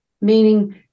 meaning